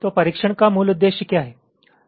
तो परीक्षण का मूल उद्देश्य क्या है